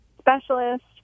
specialist